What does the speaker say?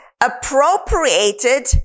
appropriated